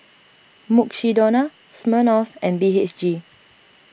Mukshidonna Smirnoff and B H G